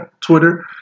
Twitter